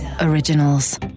originals